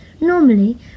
Normally